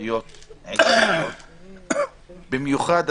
משפטיות קשות במיוחד.